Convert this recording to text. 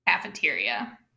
Cafeteria